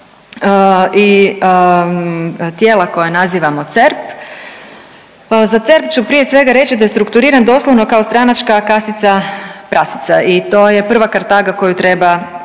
i tijela koja nazivamo CERP. Za CERP ću prije svega reći da je strukturiran doslovno kao stranačka kasica prasica. I to je prva Kartaga koju treba